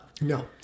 No